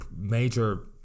major